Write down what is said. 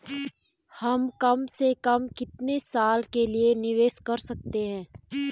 हम कम से कम कितने साल के लिए निवेश कर सकते हैं?